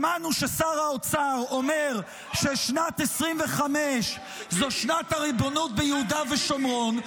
שמענו ששר האוצר אומר ששנת 2025 זו שנת הריבונות ביהודה ושומרון.